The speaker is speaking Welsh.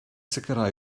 sicrhau